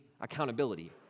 accountability